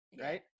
right